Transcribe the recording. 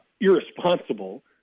irresponsible